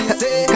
say